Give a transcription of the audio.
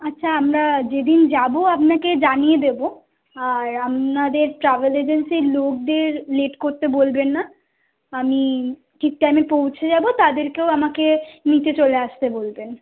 আচ্ছা আমরা যেদিন যাবো আপনাকে জানিয়ে দেবো আর আপনাদের ট্রাভেল এজেন্সির লোকদের লেট করতে বলবেন না আমি ঠিক টাইমে পৌঁছে যাবো তাদেরকেও আমাকে নিতে চলে আসতে বলবেন